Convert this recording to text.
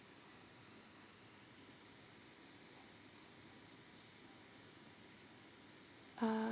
uh~